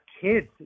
kids